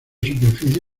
superficie